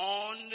on